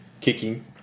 kicking